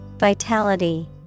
Vitality